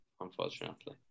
unfortunately